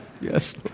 Yes